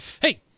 Hey